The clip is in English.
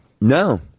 No